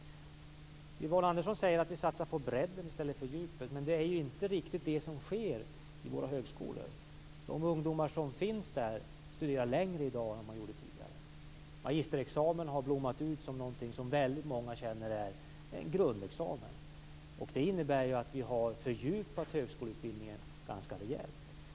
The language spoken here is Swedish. Yvonne Andersson säger att vi satsar på bredden i stället för djupet. Men det är inte riktigt det som sker på våra högskolor. De ungdomar som finns där studerar längre i dag än man gjorde tidigare. Magisterexamen har blommat ut som någonting som väldigt många känner är en grundexamen. Det innebär att vi har fördjupat högskoleutbildningen ganska rejält.